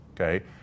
Okay